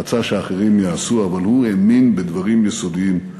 רצה שאחרים יעשו, אבל הוא האמין בדברים יסודיים.